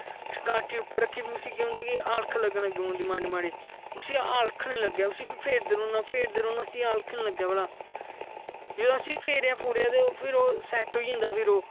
काठी उप्पर रक्खी फिर उसी केह् होंदा कि अलख लग्गन लगी पौंदी माड़ी माड़ी उसी अलख नेई लग्गै उस फिर फेरदे रौहना फेरदे रौहना उसी अलख नेई लग्गै भला जिसले उसी फेरेआ ते फिर ओह् सैट्ट होई जंदा फिर ओह्